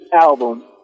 album